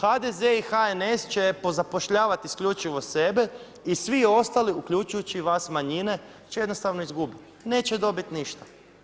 HDZ i HNS će pozapošljavati isključivo sebe i svi ostali uključujući i vas manjine će jednostavno izgubiti, neće dobiti ništa.